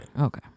Okay